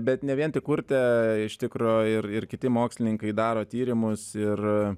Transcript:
bet ne vien tik urtė iš tikro ir ir kiti mokslininkai daro tyrimus ir